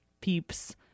peeps